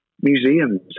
museums